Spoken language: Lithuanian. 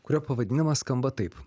kurio pavadinimas skamba taip